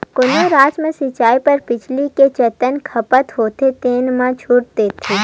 कोनो राज म सिचई बर बिजली के जतना खपत होथे तेन म छूट देथे